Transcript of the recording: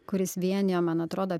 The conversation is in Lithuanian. kuris vienijo man atrodo